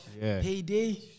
payday